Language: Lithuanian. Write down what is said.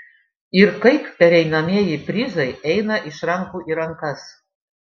ir kaip pereinamieji prizai eina iš rankų į rankas